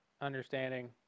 understanding